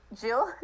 Jill